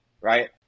right